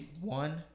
One